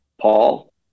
Paul